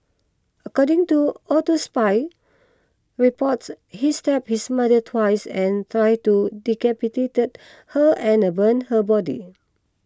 according to autopsy reports he stabbed his mother twice and tried to decapitated her and the burn her body